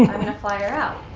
i'm going to fly her out.